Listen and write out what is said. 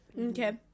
Okay